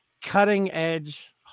cutting-edge